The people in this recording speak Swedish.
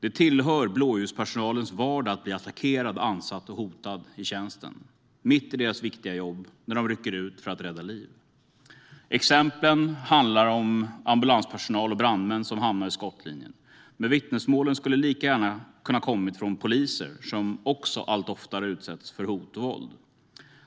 Det tillhör blåljuspersonalens vardag att bli attackerad, ansatt och hotad i tjänsten, mitt i deras viktiga jobb när de rycker ut för att rädda liv. Exemplen ovan handlar om ambulanspersonal och brandmän som hamnar i skottlinjen, men vittnesmålen skulle lika gärna kunna ha kommit från poliser som också allt oftare utsätts för hot och våld.